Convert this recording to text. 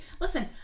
listen